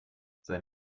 sein